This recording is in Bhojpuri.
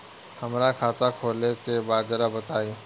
हमरा खाता खोले के बा जरा बताई